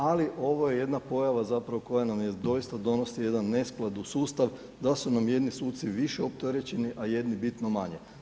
Ali, ovo je jedna pojava koja nam doista donosi jedan nesklad u sustav, da su nam jedni suci više opterećeni a jedni bitno manje.